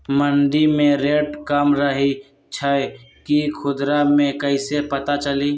मंडी मे रेट कम रही छई कि खुदरा मे कैसे पता चली?